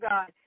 God